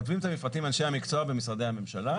כותבים את המפרטים אנשי המקצוע במשרדי הממשלה.